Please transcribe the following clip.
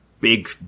big